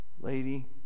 lady